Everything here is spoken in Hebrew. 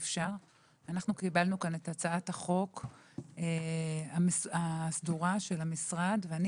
אנחנו קיבלנו כאן את הצעת החוק הסדורה של המשרד ואני